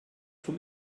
vom